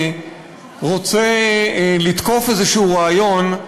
רוצה לתקוף איזה רעיון,